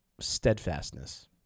steadfastness